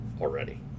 already